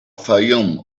fayoum